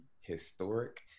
historic